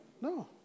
No